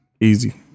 easy